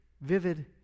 vivid